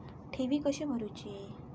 ठेवी कशी भरूची?